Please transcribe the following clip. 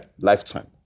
Lifetime